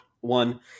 one